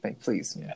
Please